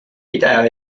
video